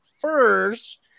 first